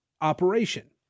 operation